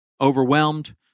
overwhelmed